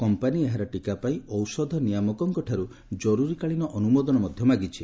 company ଏହାର ଟିକା ପାଇଁ ଔଷଧ ନିୟାମକଙ୍କଠାରୁ ଜରୁରୀକାଳୀନ ଅନୁମୋଦନ ମଧ୍ୟ ମାଗିଛି